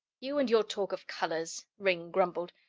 you and your talk of colors, ringg grumbled,